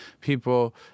People